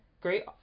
great